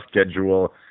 schedule